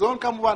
מזון כמובן.